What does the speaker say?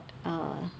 uh